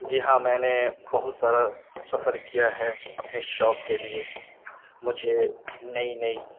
جی ہاں میں نے بہت سارا سفر کیا ہے اپنی شوق کے لیے مجھے نئی نئی